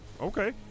Okay